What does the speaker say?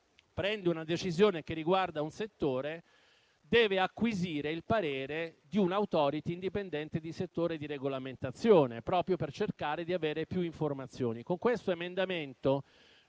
prende una decisione che riguarda un settore, deve acquisire il parere di un'*Authority* indipendente di settore di regolamentazione, proprio per cercare di avere più informazioni. Con l'emendamento